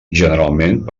generalment